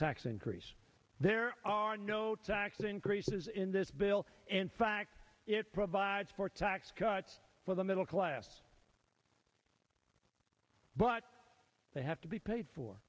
tax increase there are no tax increases in this bill in fact it provides for tax cuts for the middle class but they have to be paid for